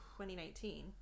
2019